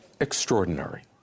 Extraordinary